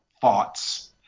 thoughts